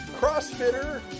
Crossfitter